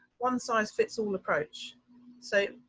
one size fits all approach so.